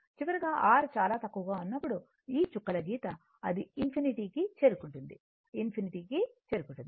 చివరగా R చాలా తక్కువగా ఉన్నప్పుడు ఈ చుక్కల గీత అది ఇన్ఫినిటీ ∞ కి చేరుకుంటుంది ఇన్ఫినిటీకి ∞ చేరుకుంటుంది